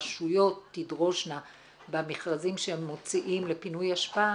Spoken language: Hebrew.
שהרשויות תדרושנה במכרזים שהם מוציאים לפינוי אשפה,